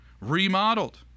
remodeled